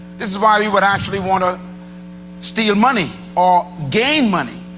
this is why we would actually want to steal money or gain money,